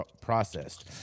processed